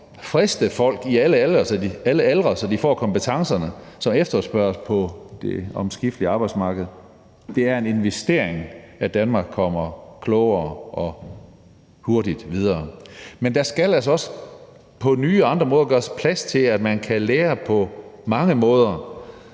friste folk i alle aldre, så de får de kompetencer, som efterspørges på det omskiftelige arbejdsmarked. Det er en investering, at Danmark kommer klogere og hurtigere videre. Men der skal altså også på nye og andre måder gøres plads til, at man kan lære på mange måder,